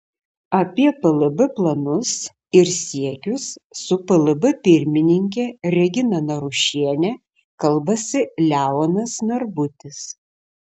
apie plb planus ir siekius su plb pirmininke regina narušiene kalbasi leonas narbutis